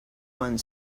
one